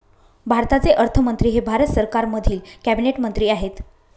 भारताचे अर्थमंत्री हे भारत सरकारमधील कॅबिनेट मंत्री आहेत